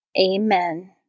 Amen